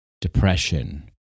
depression